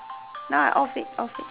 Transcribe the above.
now I off it off it